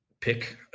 pick